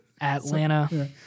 Atlanta